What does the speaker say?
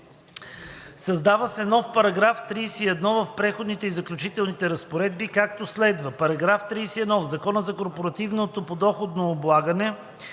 „Създава се нов § 31 в Преходните и заключителни разпоредби, както следва: „§ 31. В Закона за корпоративното подоходно облагане